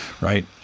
right